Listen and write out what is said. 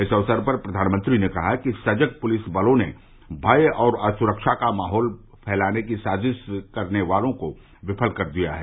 इस अवसर पर प्रधानमंत्री ने कहा कि सजग पुलिसबलों ने भय और असुरक्षा का माहौल फैलाने की साजिश करने वालों को विफल कर दिया है